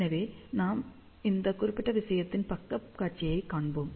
எனவே நாம் இந்த குறிப்பிட்ட விஷயத்தின் பக்கக் காட்சியைக் காண்போம்